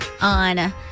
on